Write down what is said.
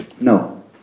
No